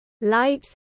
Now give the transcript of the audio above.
light